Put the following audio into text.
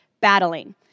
battling